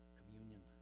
communion